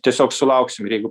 tiesiog sulauksim ir jeigu